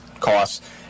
costs